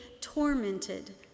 tormented